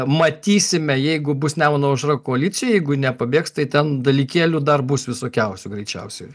matysime jeigu bus nemuno aušra koalicijoj jeigu nepabėgs tai ten dalykėlių dar bus visokiausių greičiausiai